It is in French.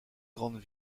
grandes